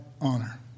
honor